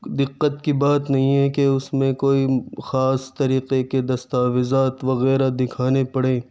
دِقّت کی بات نہیں ہے کہ اُس میں کوئی خاص طریقے کے دستاویزات وغیرہ دکھانے پڑیں